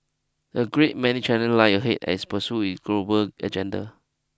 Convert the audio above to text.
a great many challenge lie ahead as pursue it global agenda